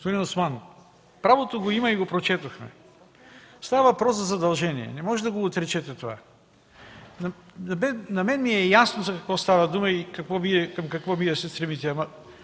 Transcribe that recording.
Господин Осман, правото го има и го прочетохме. Става въпрос за задължение. Не може да отречете това. На мен ми е ясно за какво става дума и към какво Вие се стремите.